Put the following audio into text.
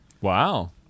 Wow